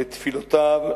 לתפילותיו,